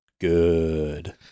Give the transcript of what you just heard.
good